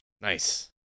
Nice